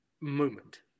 moment